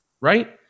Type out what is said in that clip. right